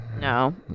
no